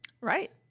Right